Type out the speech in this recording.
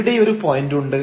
ഇവിടെയൊരു പോയന്റുണ്ട്